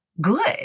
good